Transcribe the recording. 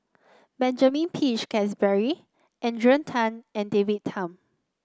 Benjamin Peach Keasberry Adrian Tan and David Tham